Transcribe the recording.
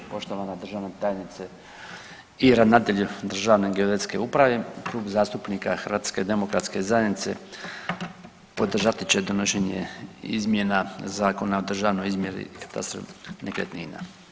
Poštovana državna tajnice i ravnatelju Državne geodetske uprave, Klub zastupnika HDZ-a podržati će donošenje izmjena Zakona o državnoj izmjeri i katastru nekretnina.